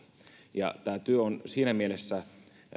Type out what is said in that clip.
tämä työ on siinä mielessä